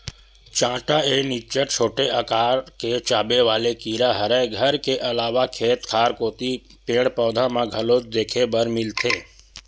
चाटा ए निच्चट छोटे अकार के चाबे वाले कीरा हरय घर के अलावा खेत खार कोती पेड़, पउधा म घलोक देखे बर मिलथे